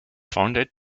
founded